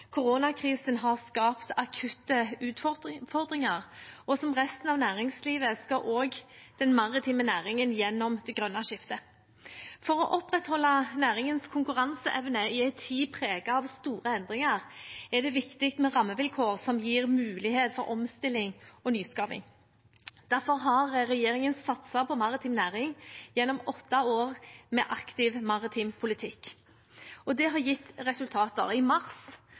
Koronakrisen har skapt akutte utfordringer, og som resten av næringslivet skal også den maritime næringen gjennom det grønne skiftet. For å opprettholde næringens konkurranseevne i en tid preget av store endringer, er det viktig med rammevilkår som gir mulighet for omstilling og nyskaping. Derfor har regjeringen satset på maritim næring gjennom åtte år med aktiv maritim politikk. Det har gitt resultater. I mars